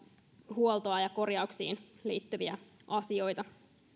huoltoon ja korjauksiin liittyviä asioita